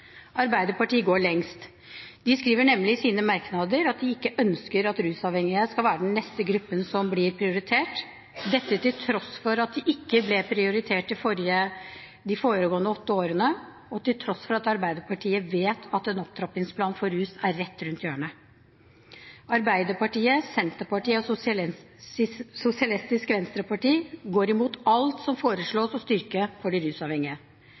Arbeiderpartiet går lengst. De skriver nemlig i sine merknader at de ikke ønsker at de rusavhengige skal være den neste gruppen som blir prioritert, og dette til tross for at disse ikke ble prioritert de foregående åtte årene og til tross for at Arbeiderpartiet vet at en opptrappingsplan for rusfeltet er rett rundt hjørnet. Arbeiderpartiet, Senterpartiet og Sosialistisk Venstreparti går imot alt som foreslås av styrking for de rusavhengige.